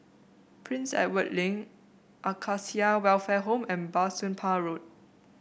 Prince Edward Link Acacia Welfare Home and Bah Soon Pah Road